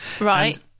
right